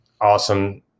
Awesome